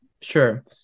sure